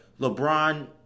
LeBron